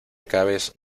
acabes